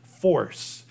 force